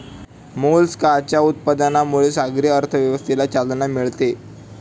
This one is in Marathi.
मोलस्काच्या उत्पादनामुळे सागरी अर्थव्यवस्थेला चालना मिळते